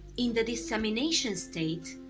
in the dissemination state,